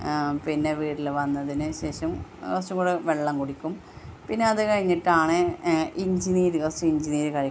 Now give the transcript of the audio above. പിന്നെ വീട്ടിൽ വന്നതിന് ശേഷം കുറച്ചും കൂടെ വെള്ളം കുടിക്കും പിന്നെ അത് കഴിഞ്ഞിട്ടാണ് ഇഞ്ചി നീര് കുറച്ച് ഇഞ്ചി നീര് കഴിക്കും